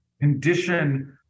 condition